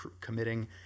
committing